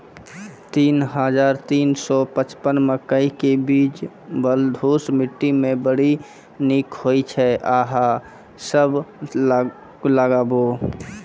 तीन हज़ार तीन सौ पचपन मकई के बीज बलधुस मिट्टी मे बड़ी निक होई छै अहाँ सब लगाबु?